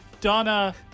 Donna